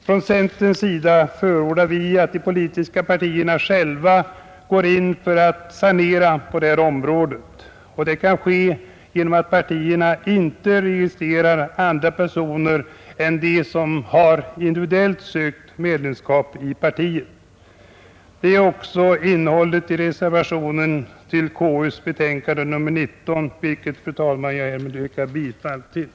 Från centerns sida förordar vi att de politiska partierna själva går in för att sanera på detta område, och det kan ske genom att partierna inte registrerar andra personer än de som har individuellt sökt medlemskap i partiet. Det är också innehållet i reservationen vid konstitutionsutskottets betänkande nr 19, vilken, fru talman, jag härmed yrkar bifall till.